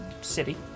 City